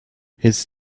his